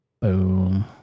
Boom